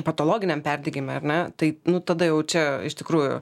patologiniam perdegime ar ne tai nu tada jau čia iš tikrųjų